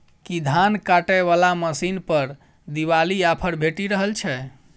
की धान काटय वला मशीन पर दिवाली ऑफर भेटि रहल छै?